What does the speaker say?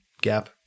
Gap